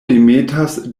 demetas